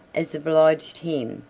as obliged him,